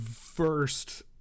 first